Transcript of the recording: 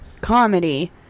comedy